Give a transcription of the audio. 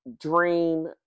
dream